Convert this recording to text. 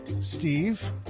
Steve